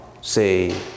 say